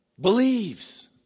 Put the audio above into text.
Believes